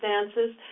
circumstances